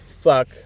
fuck